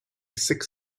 six